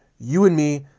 you and me,